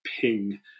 ping